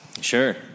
Sure